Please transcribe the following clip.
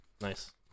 nice